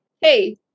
hey